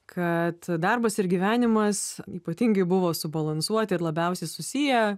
kad darbas ir gyvenimas ypatingai buvo subalansuoti ir labiausiai susiję